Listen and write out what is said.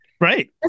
right